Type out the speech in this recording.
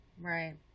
right